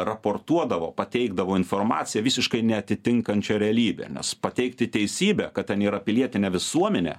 raportuodavo pateikdavo informaciją visiškai neatitinkančią realybę nes pateikti teisybę kad ten yra pilietinė visuomenė